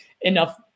enough